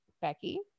becky